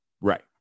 Right